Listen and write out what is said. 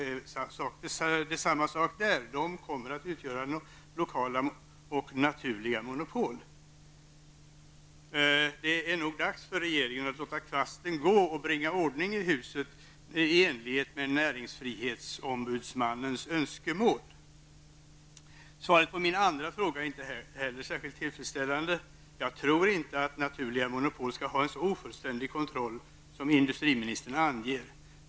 När dessa kabel--TV-nät väl är uppbyggda kommer de att utgöra lokala och naturliga monopol. Det är nog dags för regeringen att låta kvasten gå och bringa ordning i huset i enlighet med näringsfrihetsombudsmannens önskemål. Industriministerns svar på min andra fråga är inte heller särskilt tillfredsställande. Jag tror inte att naturliga monopol skall ha en sådan ofullständig kontroll som den som industriministern anger.